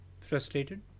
frustrated